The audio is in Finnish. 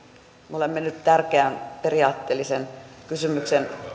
me olemme nyt tärkeän periaatteellisen kysymyksen